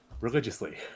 religiously